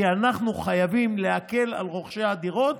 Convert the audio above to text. כי אנחנו חייבים להקל על רוכשי הדירות.